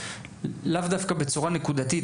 לאו דווקא בצורה נקודתית,